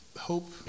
hope